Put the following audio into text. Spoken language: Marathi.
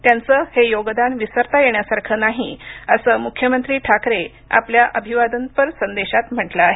त्यांचं हे योगदान विसरता येण्यासारखं नाही असं मुख्यमंत्री ठाकरे आपल्या अभिवादनापर संदेशात म्हटलं आहे